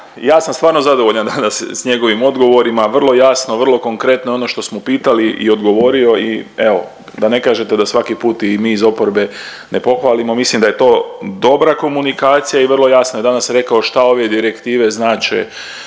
Ja sam stvarno zadovoljan s njegovim odgovorima, vrlo jasno, vrlo konkretno, ono što smo pitali i odgovorio i evo da ne kažete da svaki put i mi iz oporbe ne pohvalimo. Mislim da je to dobra komunikacija i vrlo jasno je danas rekao šta ove direktive znače